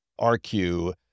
RQ